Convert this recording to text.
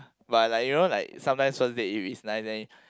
but like you know like sometimes first date you is nice then